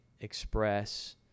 express